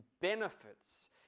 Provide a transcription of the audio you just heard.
benefits